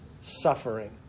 suffering